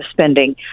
spending